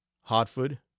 hartford